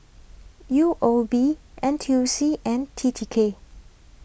U O B N T U C and T T K